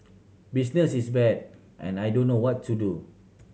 business is bad and I don't know what to do